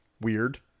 weird